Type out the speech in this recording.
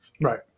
Right